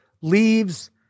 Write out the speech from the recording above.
leaves